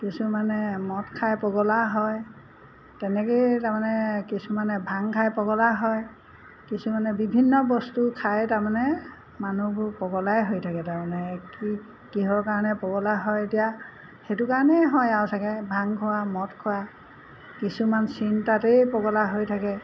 কিছুমানে মদ খাই পগলা হয় তেনেকেই তাৰমানে কিছুমানে ভাং খাই পগলা হয় কিছুমানে বিভিন্ন বস্তু খাই তাৰমানে মানুহবোৰ পগলাই হৈ থাকে তাৰমানে কি কিহৰ কাৰণে পগলা হয় এতিয়া সেইটো কাৰণেই হয় আৰু চাগে ভাং খোৱা মদ খোৱা কিছুমান চিন্তাতেই পগলা হৈ থাকে